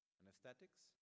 anesthetics